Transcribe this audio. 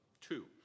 two